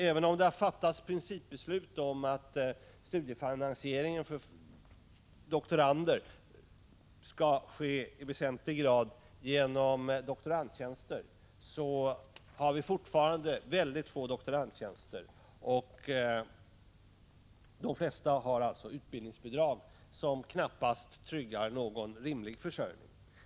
Aven om det har fattats principbeslut om att studiefinansieringen för doktorander i väsentlig grad skall ske genom doktorandtjänster, har vi fortfarande mycket få doktorandtjänster. De flesta som genomgår forskarutbildning får alltså utbildningsbidrag, som knappast tryggar någon rimlig försörjning.